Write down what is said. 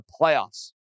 playoffs